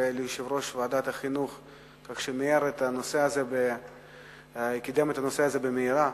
וליושב-ראש ועדת החינוך על כך שקידם את הנושא הזה במהירות.